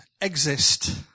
exist